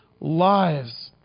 lives